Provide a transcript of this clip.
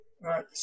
right